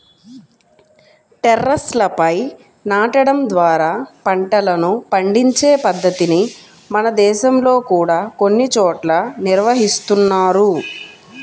టెర్రస్లపై నాటడం ద్వారా పంటలను పండించే పద్ధతిని మన దేశంలో కూడా కొన్ని చోట్ల నిర్వహిస్తున్నారు